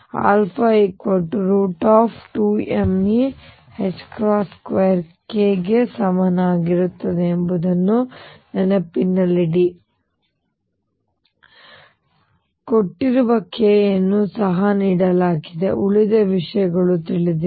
α 2mE2 k ಗೆ ಸಮಾನವಾಗಿರುತ್ತದೆ ಎಂಬುದನ್ನು ನೆನಪಿನಲ್ಲಿಡಿ ಕೆಲವು ಕೊಟ್ಟಿರುವ k a ಅನ್ನು ಸಹ ನೀಡಲಾಗಿದೆ ಉಳಿದ ವಿಷಯಗಳು ತಿಳಿದಿವೆ